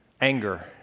anger